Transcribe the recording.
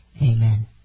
amen